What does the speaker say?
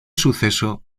suceso